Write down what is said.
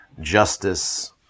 justice